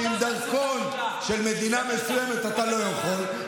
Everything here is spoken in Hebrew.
שעם דרכון של מדינה מסוימת אתה לא יכול,